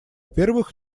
первых